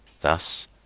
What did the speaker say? Thus